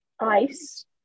ice